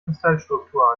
kristallstruktur